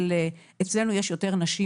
אצלנו יש יותר נשים